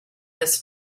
this